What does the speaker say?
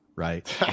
right